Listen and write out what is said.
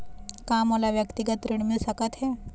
का मोला व्यक्तिगत ऋण मिल सकत हे?